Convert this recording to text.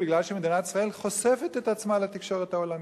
מפני שמדינת ישראל חושפת את עצמה לתקשורת העולמית.